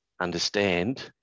understand